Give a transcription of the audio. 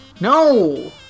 No